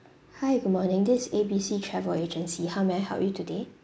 hi good morning this is A B C travel agency how may I help you today